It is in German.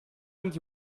und